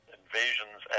invasions